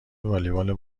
والیبال